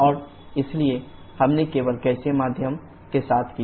और इसलिए हमने केवल गैसीय माध्यम के साथ किया